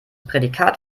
prädikat